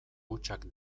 hutsak